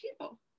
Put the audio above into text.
people